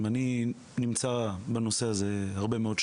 אני נמצא בנושא הזה הרבה מאוד שנים,